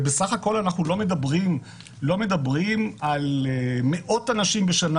ובסך הכול אנחנו לא מדברים על מאות אנשים בשנה,